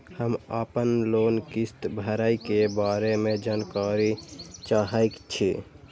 हम आपन लोन किस्त भरै के बारे में जानकारी चाहै छी?